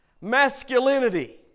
masculinity